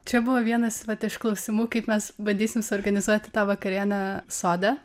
čia buvo vienas iš klausimų kaip mes bandysim suorganizuoti tą vakarienę sode